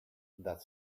that